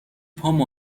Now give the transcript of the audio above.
پام